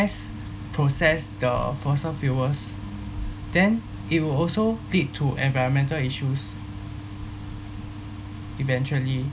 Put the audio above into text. mass process the fossil fuels then it will also lead to environmental issues eventually